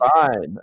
Fine